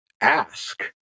ask